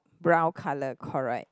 brown colour correct